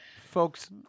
Folks –